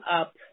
up